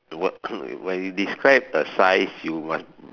when you describe a size you must